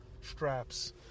straps